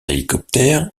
hélicoptère